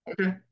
Okay